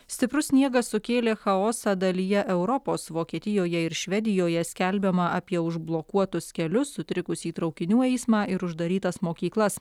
stiprus sniegas sukėlė chaosą dalyje europos vokietijoje ir švedijoje skelbiama apie užblokuotus kelius sutrikusį traukinių eismą ir uždarytas mokyklas